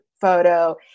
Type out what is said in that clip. photo